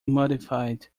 modified